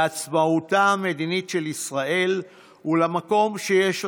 לעוצמתה המדינית של ישראל ולמקום שיש לכם,